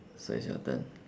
so it's your turn